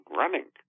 running